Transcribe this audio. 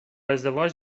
ازدواج